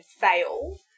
fail